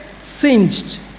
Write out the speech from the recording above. singed